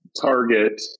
target